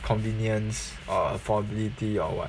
convenience or affordability or what